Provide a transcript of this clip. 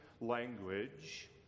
language